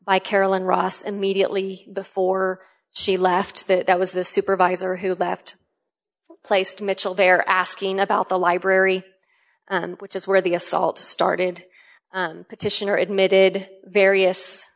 by carolyn ross immediately before she left that that was the supervisor who left placed mitchell there asking about the library which is where the assault started petitioner admitted various